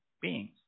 beings